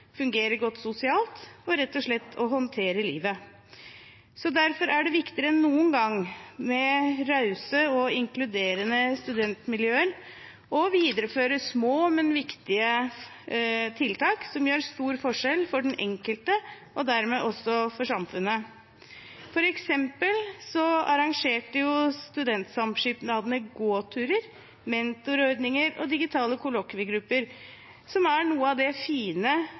godt sosialt og rett og slett å håndtere livet. Derfor er det viktigere enn noen gang med rause og inkluderende studentmiljøer og å videreføre små, men viktige tiltak som gjør stor forskjell for den enkelte og dermed også for samfunnet. For eksempel arrangerte studentsamskipnadene gå-turer, mentorordninger og digitale kollokviegrupper, som er noe av det fine